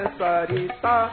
sarita